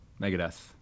Megadeth